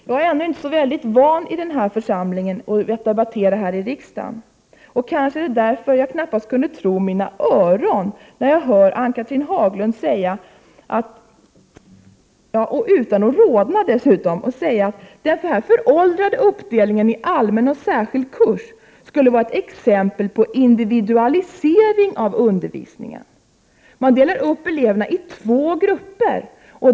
Jag är ännu inte så van i denna församling och att debattera i riksdagen, och kanske är det därför jag knappast kunde tro mina öron när jag hörde Ann-Cathrine Haglund säga, utan att rodna, att den föråldrade uppdelningen i allmän och särskild kurs skulle vara ett exempel på individualisering av undervisningen. Man delar upp eleverna i två grupper.